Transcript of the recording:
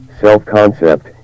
self-concept